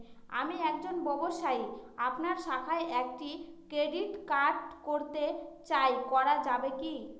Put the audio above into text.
আমি একজন ব্যবসায়ী আপনার শাখায় একটি ক্রেডিট কার্ড করতে চাই করা যাবে কি?